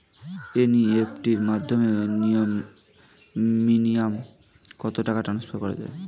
NEFT র মাধ্যমে minimum কত টাকা ট্রান্সফার করা যায়?